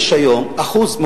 כבוד היושב-ראש, תודה,